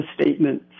statement